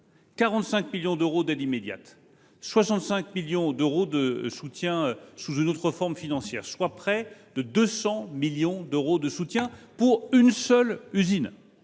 45 millions d’euros d’aide immédiate, 65 millions d’euros de soutien sous une autre forme financière, soit près de 200 millions d’euros de soutien pour une seule usine.